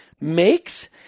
makes